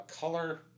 color